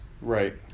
Right